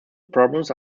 problems